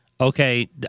okay